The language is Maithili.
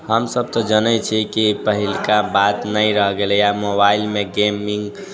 हमसब तऽ जनै छियै कि पहिलका बात नहि रहि गेलै आब मोबाइलमे गेमिंग